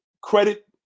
Credit